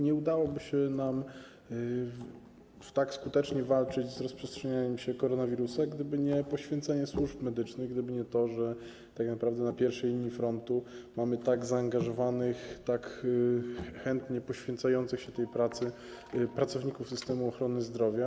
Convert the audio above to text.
Nie udałoby się nam tak skutecznie walczyć z rozprzestrzenianiem się koronawirusa, gdyby nie poświęcenie służb medycznych, gdyby nie to, że tak naprawdę na pierwszej linii frontu mamy tak zaangażowanych, tak chętnie poświęcających się tej pracy pracowników systemu ochrony zdrowia.